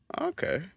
okay